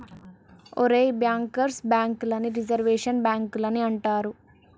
ఒరేయ్ bankers bank లని reserve బాంకులని అంటారు